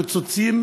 לפגישה חברית,